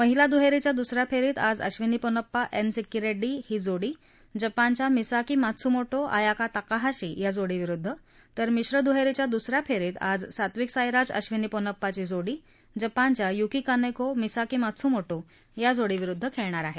महिला दुहेरीच्या दुसऱ्या फेरीत आज अश्विनी पोनप्पा एन सिक्की रेङ्डी ही जोडी जपानच्या मिसाकी मात्सुमोटो आयाका ताकाहाशी या जोडी विरुद्ध तर मिश्र दुहेरीच्या दुसऱ्या फेरीत आज सात्विक साईराज अक्षिनी पोन्नप्पा जोडी जपानच्या युकी कानेको मिसाकी मात्सुमोटो या जोडी विरुद्ध खेळणार आहे